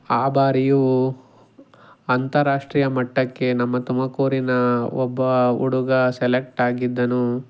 ಆ ಬಾರಿಯೂ ಅಂತಾರಾಷ್ಟ್ರೀಯ ಮಟ್ಟಕ್ಕೆ ನಮ್ಮ ತುಮಕೂರಿನ ಒಬ್ಬ ಹುಡುಗ ಸೆಲೆಕ್ಟಾಗಿದ್ದನು